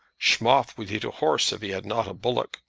schmoff would eat a horse if he had not a bullock,